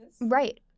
Right